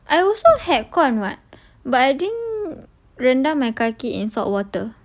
I also had corn [what] but I didn't rendam my kaki in salt water